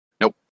Nope